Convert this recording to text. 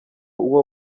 n’uwo